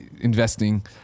investing